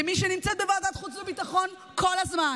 כמי שנמצאת בוועדת חוץ וביטחון כל הזמן: